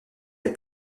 les